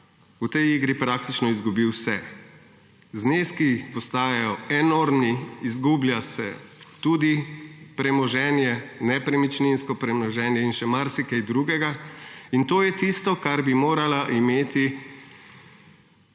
v tej igri praktično izgubi vse, zneski postajajo enormni, izgublja se tudi premoženje, nepremičninsko premoženje in še marsikaj drugega. To je tisto, kar bi morala imeti